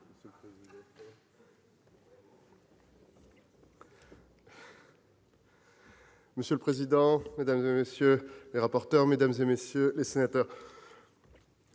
Monsieur le président, mesdames, messieurs les rapporteurs, mesdames, messieurs les sénateurs,